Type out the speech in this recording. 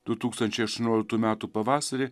du tūkstančiai aštuonioliktų metų pavasarį